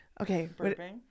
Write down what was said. Okay